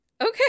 okay